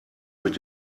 mit